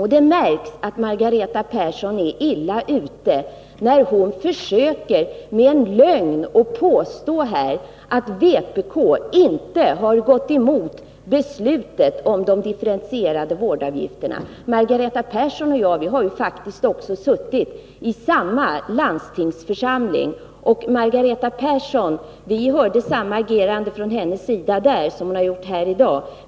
Det märks att Margareta Persson är illa ute, när hon här försöker med en lögn och påstår att vpk inte har gått emot beslutet om de differentierade vårdavgifterna. Margareta Persson och jag har ju faktiskt också suttit i samma landstingsförsamling, och Margareta Persson agerade på samma sätt där som hon har gjort här i dag.